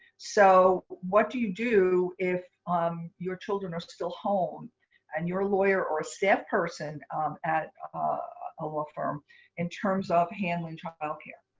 so what do you do if um your children are still home and you're a lawyer or a staff person at a law firm in terms of handling childcare?